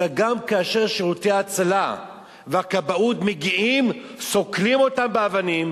אלא גם כאשר שירותי ההצלה והכבאות מגיעים סוקלים אותם באבנים,